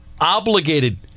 obligated